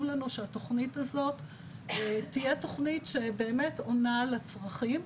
לנו שהתוכנית הזו תהיה תוכנית שבאמת עונה לצרכים.